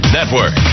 Network